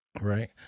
right